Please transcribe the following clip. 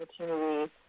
opportunity